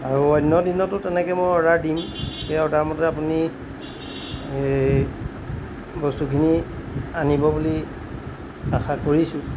আৰু অন্য দিনতো তেনেকৈ মই অৰ্ডাৰ দিম সেই অৰ্ডাৰ মতে আপুনি বস্তুখিনি আনিব বুলি আশা কৰিছোঁ